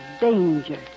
danger